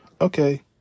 Okay